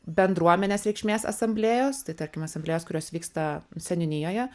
bendruomenės reikšmės asamblėjos tai tarkim asamblėjos kurios vyksta seniūnijoje